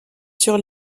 sur